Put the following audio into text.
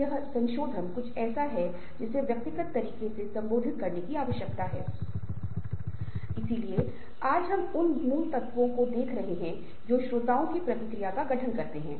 आपने सोचा होगा कि ऐसा क्यों है कि ये तत्व प्रासंगिक हैं अगर आप सॉफ्ट स्किल्स के बारे में बात करने जा रहे हैं